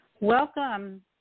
Welcome